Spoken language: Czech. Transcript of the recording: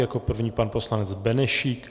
Jako první pan poslanec Benešík.